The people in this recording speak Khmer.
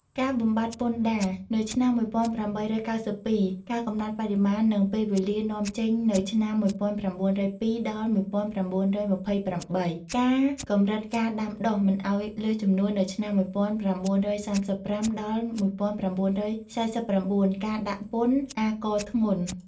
ការបំបាត់ពន្ធដារនៅឆ្នាំ ១៨៩២ ការកំណត់បរិមាណ និងពេលវេលានាំចេញនៅឆ្នាំ ១៩០២ ដល់ ១៩២៨ ការកម្រិតការដាំដុះមិនឱ្យលើសចំនួននៅឆ្នាំ ១៩៣៥ ដល់ ១៩៤៩ ការដាក់ពន្ធអាករធ្ងន់។